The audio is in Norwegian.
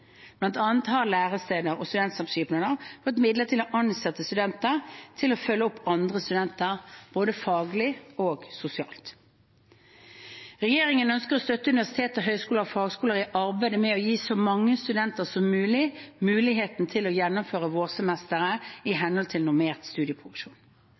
har lærestedene og studentsamskipnadene fått midler til å ansette studenter til å følge opp andre studenter både faglig og sosialt. Regjeringen ønsker å støtte universitetene, høyskolene og fagskolene i arbeidet med å gi så mange studenter som mulig muligheten til å gjennomføre vårsemesteret i